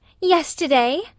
Yesterday